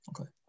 Okay